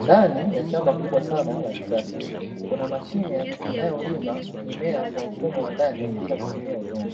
Ndani ya shamba kubwa sana la kisasa kuna mashine inayolima mimea kwa mfumo wa ndani bila kutumia udongo,